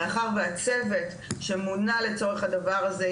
מאחר והצוות שמונה לצורך הדבר הזה,